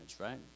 right